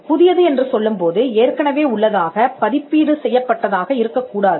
புதியது என்று சொல்லும்போது ஏற்கனவே உள்ளதாக பதிப்பீடு செய்யப்பட்டதாக இருக்கக்கூடாது